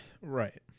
Right